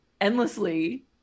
endlessly